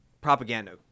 propaganda